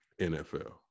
NFL